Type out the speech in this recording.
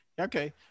Okay